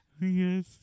Yes